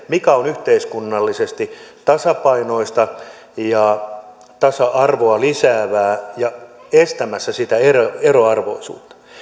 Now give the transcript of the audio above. mikä on yhteiskunnallisesti tasapainoista ja tasa arvoa lisäävää ja estämässä eriarvoisuutta